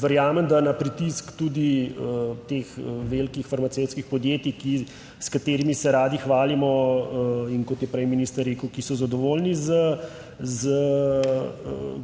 Verjamem, da na pritisk tudi teh velikih farmacevtskih podjetij, s katerimi se radi hvalimo in kot je prej minister rekel, ki so zadovoljni z